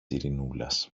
ειρηνούλας